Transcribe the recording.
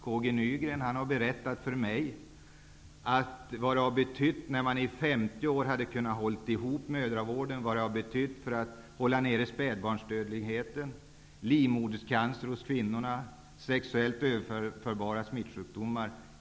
K G Nygren har berättat för mig vad det har betytt när man under 50 år har kunnat hålla ihop mödravården och vad det har betytt att man kunnat hålla nere spädbarnsdödlig heten, livmoderscancer hos kvinnor, sexuellt överförbara smittsjukdomar.